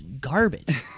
garbage